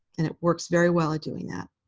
and it works very well at doing that.